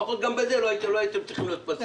לפחות גם בזה לא הייתם צריכים להיות פסיביים,